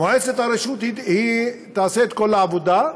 מועצת הרשות תעשה את כל העבודה,